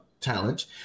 talent